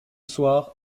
soir